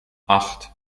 acht